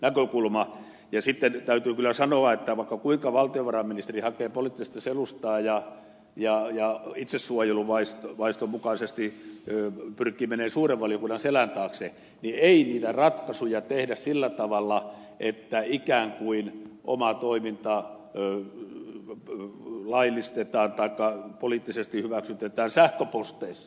sitten täytyy kyllä sanoa että vaikka kuinka valtiovarainministeri hakee poliittista selustaa ja itsesuojeluvaiston mukaisesti pyrkii menemään suuren valiokunnan selän taakse niin ei niitä ratkaisuja tehdä sillä tavalla että ikään kuin oma toiminta laillistetaan taikka poliittisesti hyväksytetään sähköposteissa